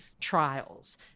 trials